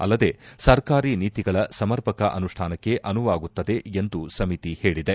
ಅಲ್ಲದೆ ಸರ್ಕಾರಿ ನೀತಿಗಳ ಸಮರ್ಪಕ ಅನುಷ್ಠಾನಕ್ಕೆ ಅನುವಾಗುವಾಗುತ್ತದೆ ಎಂದು ಸಮಿತಿ ಹೇಳಿದೆ